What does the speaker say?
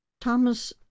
Thomas